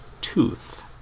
Tooth